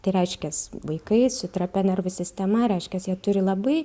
tai reiškias vaikai su trapia nervų sistema reiškias jie turi labai